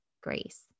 grace